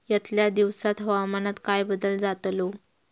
यतल्या दिवसात हवामानात काय बदल जातलो?